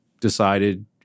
decided